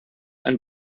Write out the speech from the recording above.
einen